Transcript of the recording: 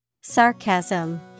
Sarcasm